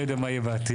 לא יודע מה יהיה בעתיד.